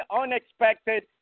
unexpected